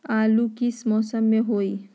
आलू किस मौसम में होई?